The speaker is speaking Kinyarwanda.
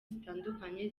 zitandukanye